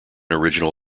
original